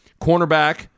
cornerback